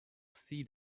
see